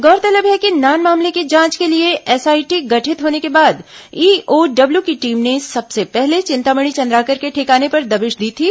गौरतलब है कि नान मामले की जांच के लिए एसआईटी गठित होने के बाद ईओडब्ल्यू की टीम ने सबसे पहले चिंतामणि चंद्राकर के ठिकानों पर दबिश दी थी